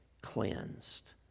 cleansed